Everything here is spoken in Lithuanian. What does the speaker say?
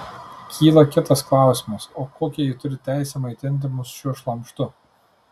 kyla kitas klausimas o kokią jie turi teisę maitinti mus šiuo šlamštu